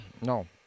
No